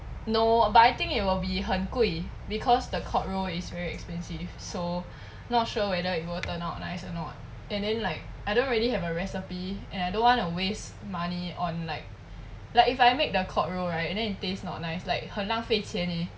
no but I think it'll be 很贵 because the cod roe is very expensive so not sure whether it will turn out nice or not and then like I don't really have a recipe and I don't wanna waste money on like like if I make the cod roe right and then it taste not nice like 很浪费钱 eh